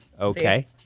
Okay